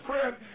friend